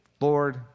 Lord